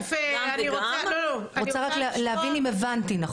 אני רוצה רק להבין אם הבנתי נכון.